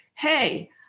hey